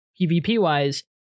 PvP-wise